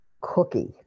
cookie